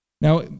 now